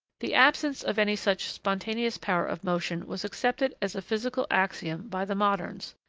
the absence of any such spontaneous power of motion was accepted as a physical axiom by the moderns,